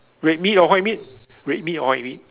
red meat or white meat red meat or white meat